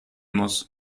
muss